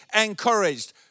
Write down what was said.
encouraged